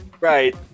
right